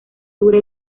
dura